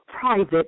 private